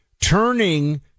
turning